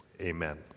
Amen